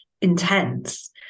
intense